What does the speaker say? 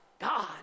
God